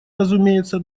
разумеется